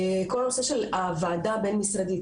כל הנושא של הוועדה הבין משרדית,